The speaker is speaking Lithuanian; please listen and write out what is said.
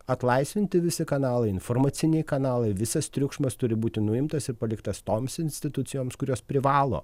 atlaisvinti visi kanalai informaciniai kanalai visas triukšmas turi būti nuimtas ir paliktas toms institucijoms kurios privalo